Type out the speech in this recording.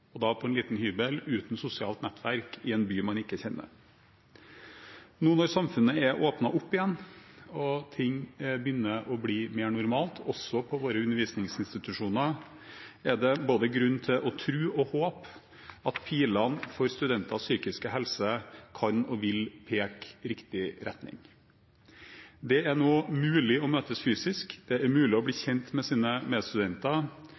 og da på en liten hybel og uten sosialt nettverk og i en by man ikke kjenner. Nå når samfunnet er åpnet opp igjen, og ting begynner å bli mer normalt også på våre undervisningsinstitusjoner, er det grunn til både å tro og håpe at pilene for studentenes psykiske helse kan og vil peke i riktig retning. Det er nå mulig å møtes fysisk, det er mulig å bli kjent med medstudenter,